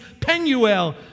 Penuel